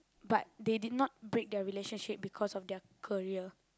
but they did not break their relationship because of their career